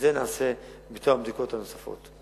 את זה נעשה בתום הבדיקות הנוספות.